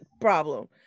problem